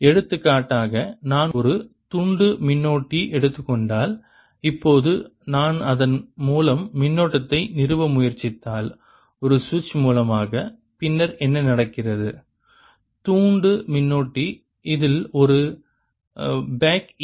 எடுத்துக்காட்டாக நான் ஒரு தூண்டு மின்னோட்டி எடுத்துக் கொண்டால் இப்போது நான் அதன் மூலம் மின்னோட்டத்தை நிறுவ முயற்சித்தால் ஒரு சுவிட்ச் மூலமாக பின்னர் என்ன நடக்கிறது தூண்டு மின்னோட்டி இதில் ஒரு பேக் ஈ